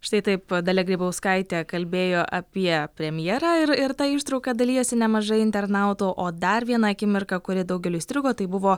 štai taip dalia grybauskaitė kalbėjo apie premjerą ir ir ta ištrauka dalijasi nemažai internautų o dar viena akimirka kuri daugeliui įstrigo tai buvo